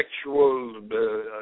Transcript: sexual